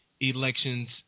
Elections